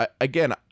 again